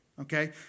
Okay